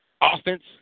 offense